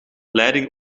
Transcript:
leiding